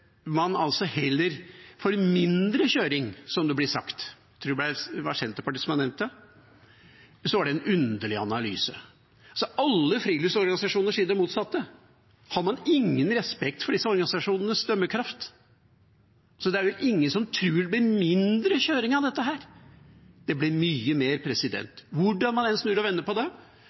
man heller får mindre kjøring, som det ble sagt – jeg tror det var Senterpartiet som nevnte det – så er det en underlig analyse. Alle friluftsorganisasjoner sier det motsatte. Har man ingen respekt for disse organisasjonenes dømmekraft? Det er vel ingen som tror det blir mindre kjøring av dette? Det blir mye mer. Hvordan man enn snur og vender på det: